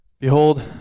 Behold